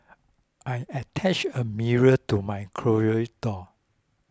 I attached a mirror to my closet door